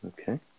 Okay